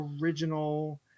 original